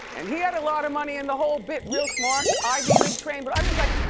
and he had a lot of money and the whole bit, real smart, and ivy league-trained. but i was like,